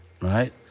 right